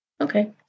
Okay